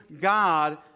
God